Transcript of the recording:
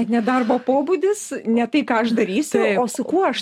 ne darbo pobūdis ne tai ką aš darysiu o su kuo aš